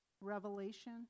revelation